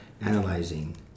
analyzing